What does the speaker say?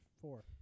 four